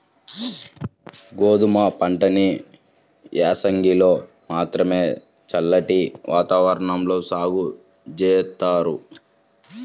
గోధుమ పంటని యాసంగిలో మాత్రమే చల్లటి వాతావరణంలో సాగు జేత్తారు